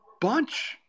bunch